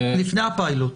לפני הפילוט.